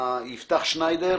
יפתח שניידר